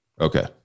Okay